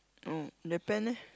oh Japan leh